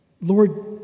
Lord